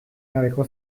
gabeko